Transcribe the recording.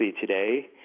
today